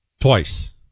Twice